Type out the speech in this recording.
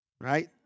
right